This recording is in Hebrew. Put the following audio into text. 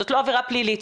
זו לא עבירה פלילית,